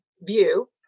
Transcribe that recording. view